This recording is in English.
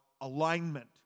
alignment